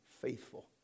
faithful